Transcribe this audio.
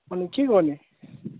अनि के गर्ने